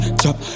chop